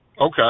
Okay